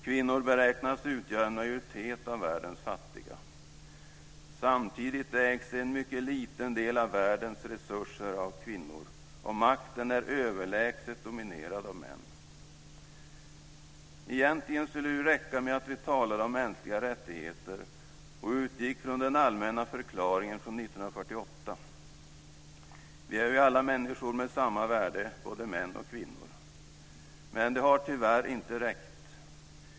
Kvinnor beräknas utgöra en majoritet av världens fattiga. Samtidigt ägs en mycket liten del av världens resurser av kvinnor, och makten är överlägset dominerad av män. Egentligen skulle det räcka med att vi talade om mänskliga rättigheter och utgick från den allmänna förklaringen från 1948. Vi är ju alla människor med samma värde, både män och kvinnor. Men det har tyvärr inte räckt.